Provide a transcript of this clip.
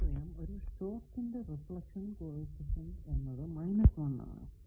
നിങ്ങൾക്കറിയാം ഒരു ഷോർട്ടിന് റിഫ്ലക്ഷൻ കോ എഫിഷ്യന്റ് എന്നത് 1 ആണ്